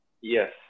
Yes